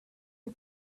the